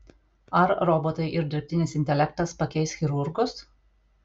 ar robotai ir dirbtinis intelektas pakeis chirurgus